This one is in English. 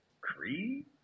Creed